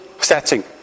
setting